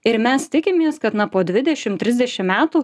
ir mes tikimės kad na po dvidešim trisdešim metų